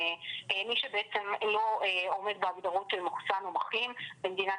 מי שבעצם לא עומד בהגדרות של מחוסן או מחלים במדינת